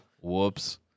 Whoops